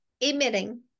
Emitting